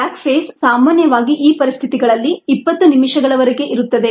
lag phase ಸಾಮಾನ್ಯವಾಗಿ ಈ ಪರಿಸ್ಥಿತಿಗಳಲ್ಲಿ 20 ನಿಮಿಷಗಳವರೆಗೆ ಇರುತ್ತದೆ